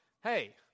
Hey